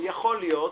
יכול להיות.